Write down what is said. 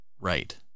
Right